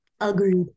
Agreed